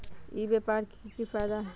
ई व्यापार के की की फायदा है?